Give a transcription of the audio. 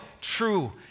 true